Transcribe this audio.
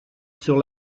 sur